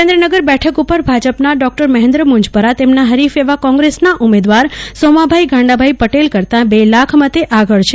સુરેન્દ્રનગર બેઠક ઉપર ભાજપના ડોક્ટર મહેન્દ્ર મુંજપરા તેમના હરીફ એવા કોંગ્રેસના ઉમેદવાર સોમાભાઈ ગાંડાભાઈ પટેલ કરતા બે લાખ મતે આગળ છે